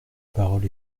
parole